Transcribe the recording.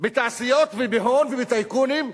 בתעשיות ובהון ובטייקונים,